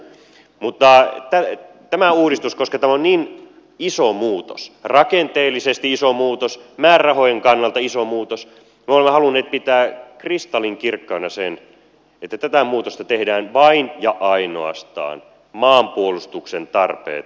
mutta koska tämä uudistus on niin iso muutos rakenteellisesti iso muutos määrärahojen kannalta iso muutos niin me olemme halunneet pitää kristallinkirkkaana sen että tätä muutosta tehdään vain ja ainoastaan maanpuolustuksen tarpeet silmällä pitäen